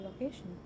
location